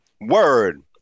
Word